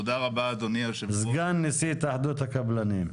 סגן נשיא התאחדות הקבלנים.